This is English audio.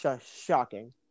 shocking